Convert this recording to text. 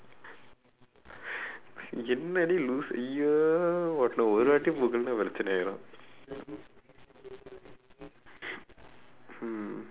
என்ன:enna dey loosu !eeyer! உன்ன ஒரு வாட்டி:unna oru vaatdi